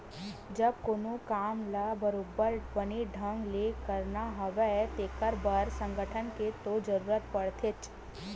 जब कोनो काम ल बरोबर बने ढंग ले करना हवय तेखर बर संगठन के तो जरुरत पड़थेचे